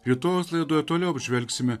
rytojaus laidoje toliau apžvelgsime